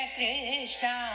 Krishna